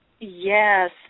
Yes